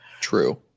True